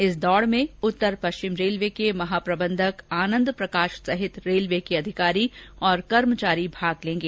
इस दौड़ में उत्तर पश्चिम रेलवे के महाप्रबंधक आनंद प्रकाश सहित रेलवे अधिकारी और कर्मचारी भाग लेंगे